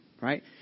right